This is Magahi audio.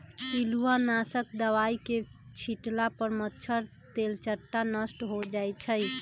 पिलुआ नाशक दवाई के छिट्ला पर मच्छर, तेलट्टा नष्ट हो जाइ छइ